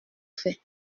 fait